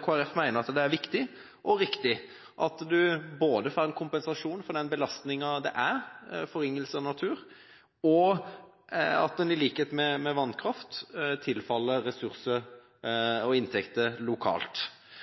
Folkeparti mener det er viktig, og riktig, at en får kompensasjon for belastningen med forringelse av natur, og at ressurser og inntekter tilfaller lokalsamfunnet, slik det er med vannkraft.